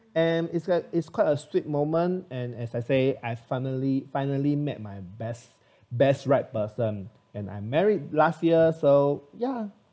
and it's like it's quite a sweet moment and as I say I finally finally met my best best right person and I'm married last year so ya